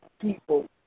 people